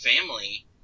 family